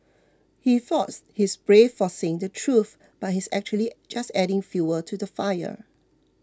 he thought he's brave for saying the truth but he's actually just adding fuel to the fire